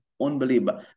unbelievable